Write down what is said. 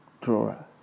drawer